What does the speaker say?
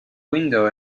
window